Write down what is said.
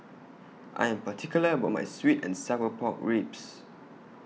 I Am particular about My Sweet and Sour Pork Ribs